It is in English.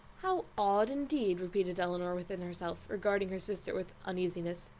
how odd, indeed! repeated elinor within herself, regarding her sister with uneasiness.